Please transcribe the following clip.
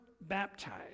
baptized